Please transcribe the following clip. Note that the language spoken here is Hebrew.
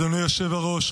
אדוני היושב-ראש,